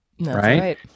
Right